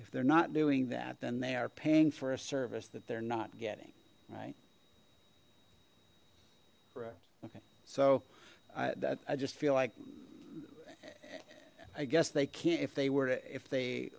if they're not doing that then they are paying for a service that they're not getting right okay so that i just feel like i guess they can't if they were to if they